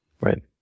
right